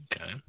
Okay